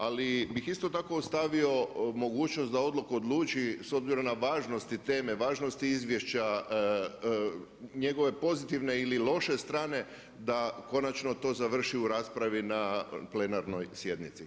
Ali bih isto tako ostavio mogućnost da odluku odluči s obzirom na važnosti teme, važnosti izvješća, njegove pozitivne ili loše strane da konačno to završi u raspravi na plenarnoj sjednici.